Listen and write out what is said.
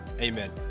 amen